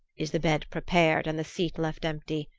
is the bed prepared and the seat left empty.